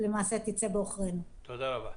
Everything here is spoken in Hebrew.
תודה רבה.